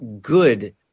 good